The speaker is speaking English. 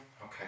Okay